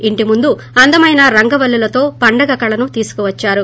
ఇంటి ముందు అందమైన రంగవల్లులుతో పండుగ కళను తీసుకువచ్చారు